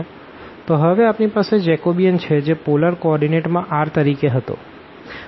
તો હવે આપણી પાસે જેકોબિયન છે જે પોલર કોઓર્ડીનેટ માં r તરીકે હતો